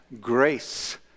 grace